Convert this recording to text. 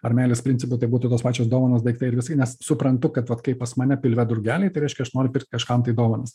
ar meilės principo tai būtų tos pačios dovanos daiktai nes suprantu kad vat kai pas mane pilve drugeliai tai reiškia aš noriu kažkam tai dovanas